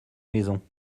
maison